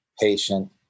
patient